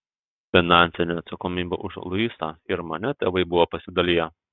finansinę atsakomybę už luisą ir mane tėvai buvo pasidaliję